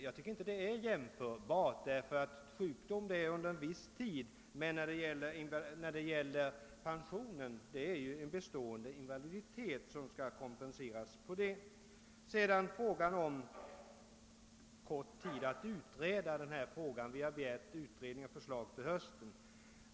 Jag tycker inte att detta är jämförbart, ty en sjukdom varar en viss tid, medan den invaliditet, som skall kompenseras genom pension, är bestående. Herr Fredriksson säger vidare att den tid som står till förfogande för att utreda denna fråga är för kort; vi har begärt en utredning med förslag till hösten.